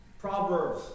Proverbs